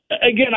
Again